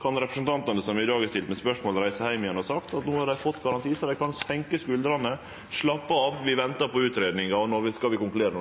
representantane som i dag har stilt meg spørsmål om dette, trygt kan reise heim igjen og seie at no har dei fått garanti, dei kan senke skuldrene, slappe av og vente på utgreiinga. Vi skal konkludere